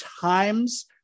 times